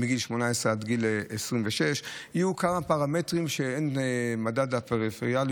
מגיל 18 עד גיל 26. יהיו כמה פרמטרים שהם מדד לפריפריאליות,